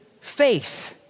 faith